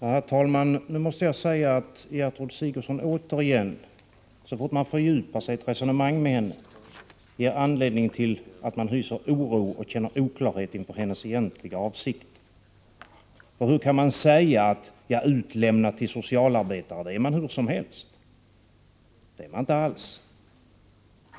Herr talman! Nu måste jag säga att Gertrud Sigurdsen återigen, så fort man fördjupar sig i ett resonemang med henne, ger anledning till oro och osäkerhet inför hennes egentliga avsikt. För hur kan hon säga att utlämnad till socialarbetare är man hur som helst? Det är man inte alls.